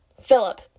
Philip